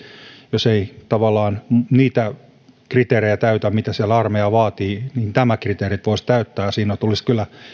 jos ei tavallaan niitä kriteerejä täytä mitä siellä armeija vaatii niin nämä kriteerit voisi täyttää siinä tulisi kyllä